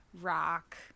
rock